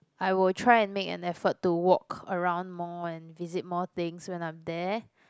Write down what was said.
I will try and make an effort to walk around mall and visit more things when I'm there